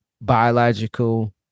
Biological